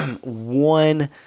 one –